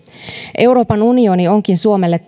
euroopan unioni onkin suomelle